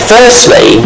Firstly